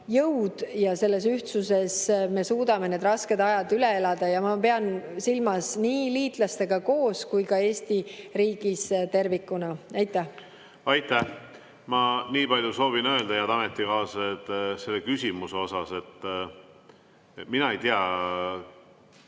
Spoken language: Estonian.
ja selles ühtsuses me suudame need rasked ajad üle elada – ma pean silmas nii liitlastega koos kui ka Eesti riigis tervikuna. Aitäh! Ma nii palju soovin öelda, head ametikaaslased, selle küsimuse kohta. Mina ei tea